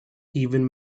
even